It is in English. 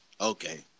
Okay